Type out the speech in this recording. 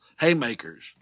haymakers